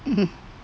(uh huh)